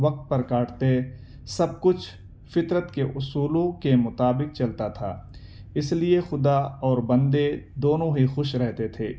وقت پر کاٹتے سب کچھ فطرت کے اصولوں کے مطابق چلتا تھا اس لیے خدا اور بندے دونوں ہی خوش رہتے تھے